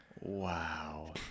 Wow